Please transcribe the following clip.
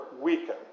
weaken